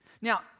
Now